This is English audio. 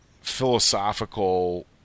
philosophical